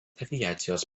aviacijos